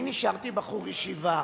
אני נשארתי בחור ישיבה,